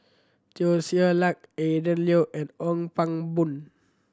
Teo Ser Luck Adrin Loi and Ong Pang Boon